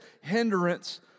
hindrance